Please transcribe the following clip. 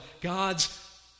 God's